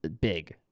big